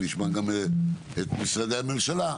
נשמע גם את משרדי הממשלה,